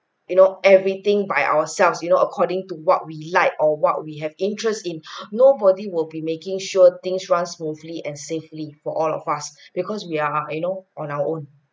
you know everything by ourselves you know according to what we like or what we have interest in nobody will be making sure things run smoothly and safely for all of us because we are you know on our own